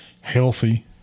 healthy